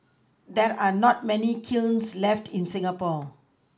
there are not many kilns left in Singapore